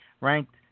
Ranked